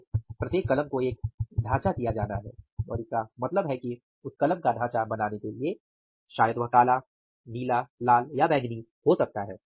तो प्रत्येक कलम को एक ढांचा दिया जाना है और इसका मतलब है कि उस कलम का ढांचा बनाने के लिए शायद वह काला नीला लाल या बैंगनी हो सकता है